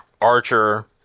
Archer